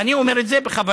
ואני אומר את זה בכוונה.